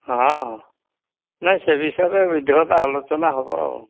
ହଁ ନା ସେ ବିଷୟରେ ବିଧିବଦ୍ଧ ଆଲୋଚନା ହେବ ଆଉ